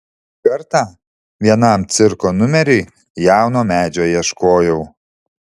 kartą vienam cirko numeriui jauno medžio ieškojau